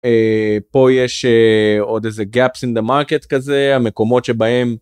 פה יש עוד איזה gap in the market כזה המקומות שבהם.